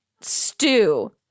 stew